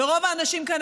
ורוב האנשים כאן,